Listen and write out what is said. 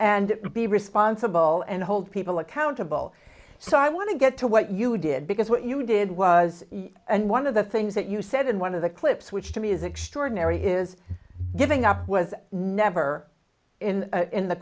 and be responsible and hold people accountable so i want to get to what you did because what you did was and one of the things that you said in one of the clips which to me is extraordinary is giving up was never in